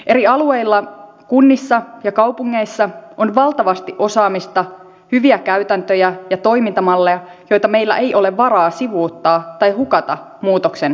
eri alueilla kunnissa ja kaupungeissa on valtavasti osaamista hyviä käytäntöjä ja toimintamalleja joita meillä ei ole varaa sivuuttaa tai hukata muutoksen keskellä